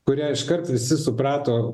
kurią iškart visi suprato